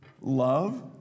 love